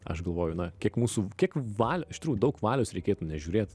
aš galvoju na kiek mūsų kiek valio iš tikrųjų daug valios reikėtų nežiūrėt